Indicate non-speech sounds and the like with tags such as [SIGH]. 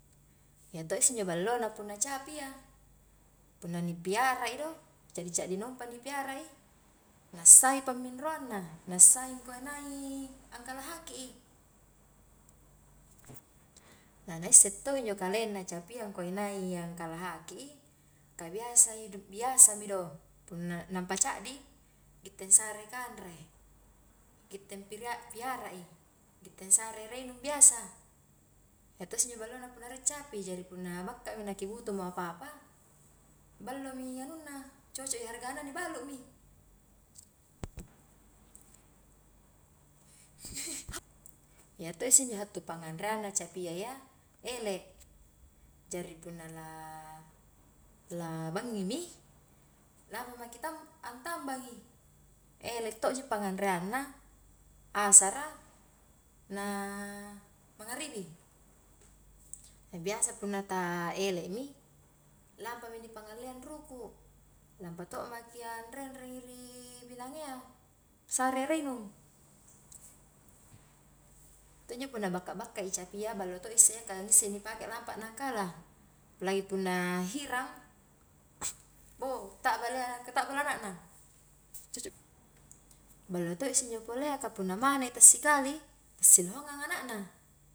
Iya toisse injo ballona punna capi iya, punna ni piara i do, caddi-caddina umpa ni piara i nassai pamminroangna, nassai angkua nai angkalahaki i, na na isse to injo kalengna capia angkua i nai angkalahaki i, ka biasa i nu biasa mi do, punna nampa caddi gitte sarei kanre, gittempiria piara i, gitte ansare i ere inung biasa, iya tosse injo ballona punna rie capi, jari punna bakka mi naki butuh mo apa-apa ballomi anunna cocok i hargana ni balumi, [LAUGHS] iya to isse injo hattu pangangreangnna capia iyya, ele jari punna la-la bangi mi lampa maki tam-antambangi ele to'ji pangangreangna, asara. na mangaribi, [HESITATION] biasa punna ta' ele mi lampami ni pangalleang ruku', nampa to'maki anrengreng ri binangea, ri sare ereinung to' injo punna bakka-bakkai capia ballo todo isse iya, ka ni issei ni pake lampa nangkala, apalagi punna hirang, bo ta'bala iya ka ta'bala anakna, [UNINTELLIGIBLE] ballo to' isse injo polea ka punna mana'i tassikali ta siloheangngang ana'na.